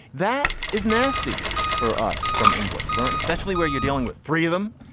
that is nasty for us from english learner, especially where you're dealing with three of them.